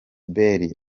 bale